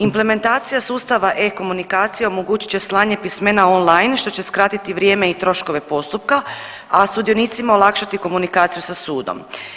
Implementacija sustava e-komunikacija omogućit će slanje pismena online što će skratiti vrijeme i troškove postupka, a sudionicima olakšati komunikaciju sa sudom.